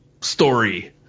story